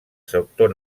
sector